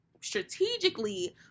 strategically